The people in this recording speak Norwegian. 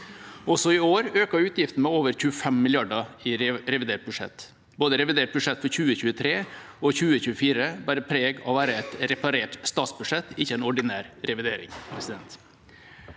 Også i år øker utgiftene med over 25 mrd. kr i revidert budsjett. Revidert budsjett for både 2023 og 2024 bærer preg av å være et reparert statsbudsjett, ikke en ordinær revidering.